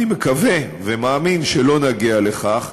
אני מקווה ומאמין שלא נגיע לכך,